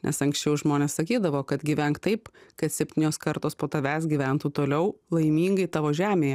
nes anksčiau žmonės sakydavo kad gyvenk taip kad septynios kartos po tavęs gyventų toliau laimingai tavo žemėje